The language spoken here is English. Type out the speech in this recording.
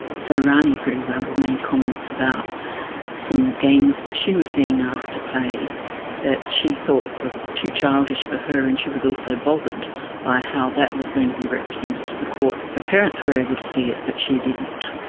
so rani, for example, made comments about some games that she was being asked to play that she thought were too childish for her, and she was also bothered by how that was going to be represented to the court. her parents were able to see it, but she didn't.